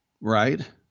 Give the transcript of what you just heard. Right